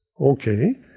Okay